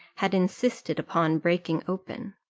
had insisted upon breaking open.